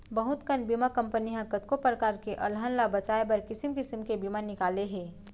बहुत कन बीमा कंपनी ह कतको परकार के अलहन ल बचाए बर किसिम किसिम के बीमा निकाले हे